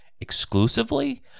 exclusively